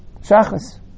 shachas